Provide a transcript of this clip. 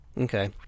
okay